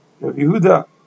Yehuda